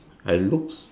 I look